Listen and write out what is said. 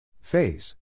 Phase